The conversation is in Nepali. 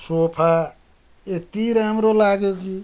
सोफा यति राम्रो लाग्यो कि